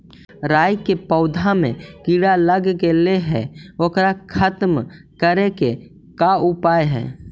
राई के पौधा में किड़ा लग गेले हे ओकर खत्म करे के का उपाय है?